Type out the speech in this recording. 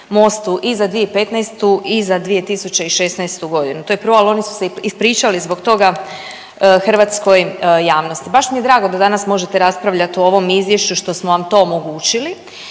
i za 2015. i za 2016. godinu. To je prvo, ali oni su se ispričali zbog toga hrvatskoj javnosti. Baš mi je drago da danas možete raspravljati o ovom izvješću što smo vam to omogućili